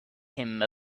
him